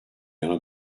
yana